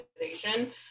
organization